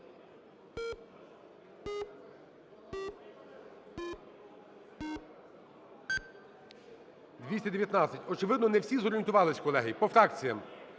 За-219 Очевидно, не всі зорієнтувалися, колеги. По фракціях: